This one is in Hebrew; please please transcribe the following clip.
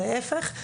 להיפך.